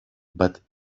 but